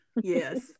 Yes